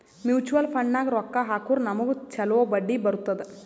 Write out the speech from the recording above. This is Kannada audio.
ಮ್ಯುಚುವಲ್ ಫಂಡ್ನಾಗ್ ರೊಕ್ಕಾ ಹಾಕುರ್ ನಮ್ಗ್ ಛಲೋ ಬಡ್ಡಿ ಬರ್ತುದ್